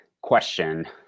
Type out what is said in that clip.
question